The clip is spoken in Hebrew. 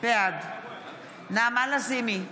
בעד נעמה לזימי,